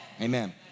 Amen